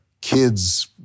kids